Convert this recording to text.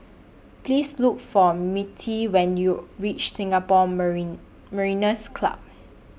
Please Look For Mirtie when YOU REACH Singapore Marin Mariners' Club